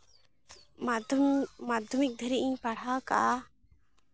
ᱢᱟᱫᱽᱫᱷᱚᱢᱤᱠ ᱫᱷᱟᱹᱨᱤᱡ ᱤᱧ ᱯᱟᱲᱦᱟᱣ ᱠᱟᱜᱼᱟ